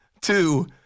Two